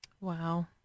Wow